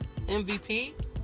MVP